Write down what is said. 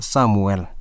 Samuel